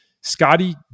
Scotty